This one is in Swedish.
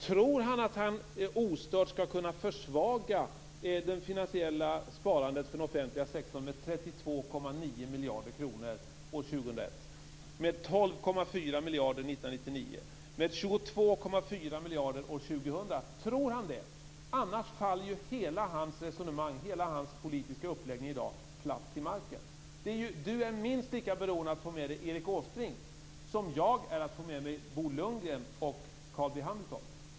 Tror han att han ostört skall kunna försvaga det finansiella sparandet för den offentliga sektorn med 1999 och med 22,4 miljarder år 2000? Tror han det? Annars faller hela hans resonemang, hela hans politiska uppläggning i dag, platt till marken. Lars Bäckström är minst lika beroende av att få med sig Erik Åsbrink som jag är av att få med mig Bo Lundgren och Carl B Hamilton.